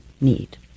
need